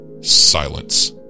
Silence